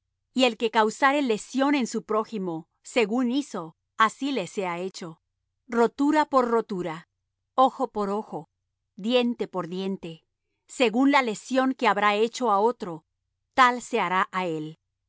y el que causare lesión en su prójimo según hizo así le sea hecho rotura por rotura ojo por ojo diente por diente según la lesión que habrá hecho á otro tal se hará á él